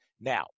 Now